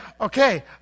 okay